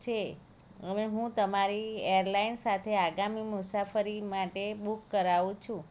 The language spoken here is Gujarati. છે હવે હું તમારી એરલાઇન સાથે આગામી મુસાફરી માટે બુક કરાવું છું